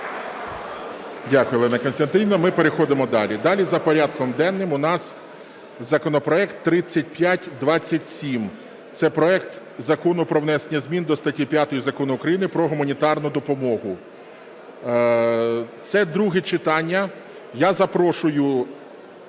Дякую Олена Костянтинівна. Ми переходимо далі. Далі за порядком денним у нас законопроект 3527, це проект Закону про внесення змін до статті 5 Закону України "Про гуманітарну допомогу". Це друге читання. Я запрошую